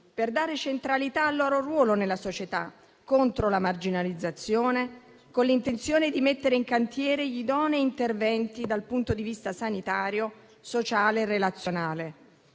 per dare centralità al loro ruolo nella società contro la marginalizzazione, con l'intenzione di mettere in cantiere gli idonei interventi dal punto di vista sanitario, sociale e relazionale,